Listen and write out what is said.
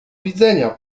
widzenia